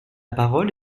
parole